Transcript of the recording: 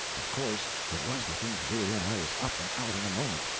of course, it was the thing to do, and i was up and out in a moment.